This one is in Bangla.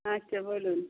হ্যাঁ কে বলুন